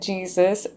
Jesus